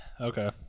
Okay